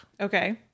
Okay